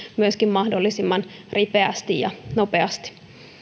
myöskin mahdollisimman ripeästi ja nopeasti